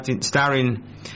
starring